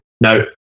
No